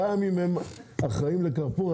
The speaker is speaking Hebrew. גם אם הם אחראים על קרפור,